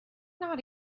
not